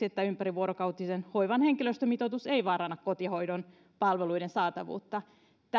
että ympärivuorokautisen hoivan henkilöstömitoitus ei vaaranna kotihoidon palveluiden saatavuutta